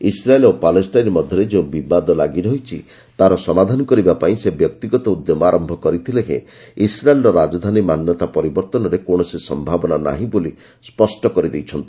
Israel ଓ Palestine ମଧ୍ୟରେ ଯେଉଁ ବିବାଦ ଲାଗିରହିଛି ତାହାର ସମାଧାନ କରିବା ପାଇଁ ସେ ବ୍ୟକ୍ତିଗତ ଉଦ୍ୟମ ଆରମ୍ଭ କରିଥିଲେ ହେଁ ଇସ୍ରାଏଲ୍ର ରାଜଧାନୀ ମାନ୍ୟତା ପରିବର୍ତ୍ତନରେ କୌଣସି ସମ୍ଭାବନା ନାହିଁ ବୋଲି ସ୍ୱଷ୍ଟ କରିଦେଇଛନ୍ତି